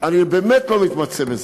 אני באמת לא מתמצא בזה,